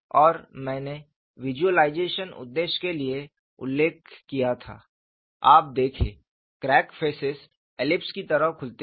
और मैंने विज़ुअलाइज़ेशन उद्देश्य के लिए उल्लेख किया था आप देखे क्रैक फेसेस एलिप्स की तरह खुलते हैं